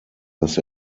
dass